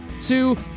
two